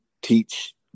teach